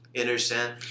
Understand